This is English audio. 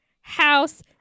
house